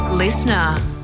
Listener